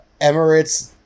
emirates